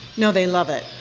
no, they love it.